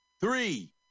Three